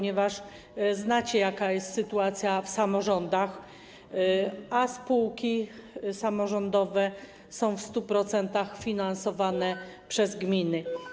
Wiecie, jaka jest sytuacja w samorządach, a spółki samorządowe są w 100% finansowane przez gminy.